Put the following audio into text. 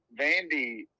Vandy